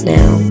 Now